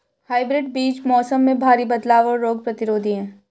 hybrid बीज मौसम में भारी बदलाव और रोग प्रतिरोधी हैं